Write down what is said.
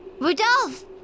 Rudolph